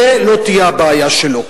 זאת לא תהיה הבעיה שלו.